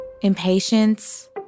Impatience